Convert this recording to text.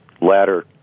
latter